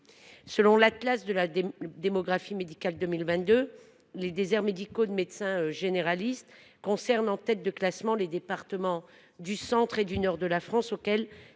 Selon l’atlas de la démographie médicale 2022, les déserts médicaux de médecins généralistes concernent, en tête de classement, les départements du centre et du nord de la France, auxquels